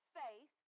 faith